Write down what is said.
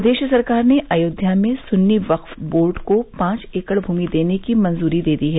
प्रदेश सरकार ने अयोध्या में सुन्नी वक्फ बोर्ड को पांच एकड़ भूमि देने की मंजूरी दे दी है